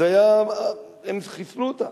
הם חיסלו אותה.